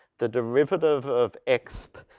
the derivative of x um,